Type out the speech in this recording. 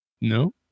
no